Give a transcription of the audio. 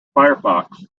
firefox